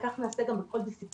וכך נעשה גם בכל דיסציפלינה,